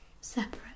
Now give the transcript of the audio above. separate